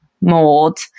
mold